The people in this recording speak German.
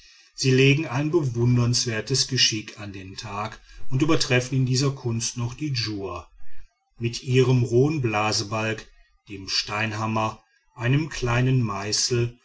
sie legen ein bewundernswertes geschick an den tag und übertreffen in dieser kunst noch die djur mit ihrem rohen blasbalg dem steinhammer einem kleinen meißel